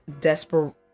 desperate